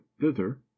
thither